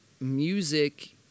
music